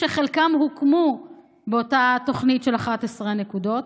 שחלקם הוקמו באותה תוכנית של 11 הנקודות.